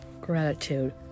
gratitude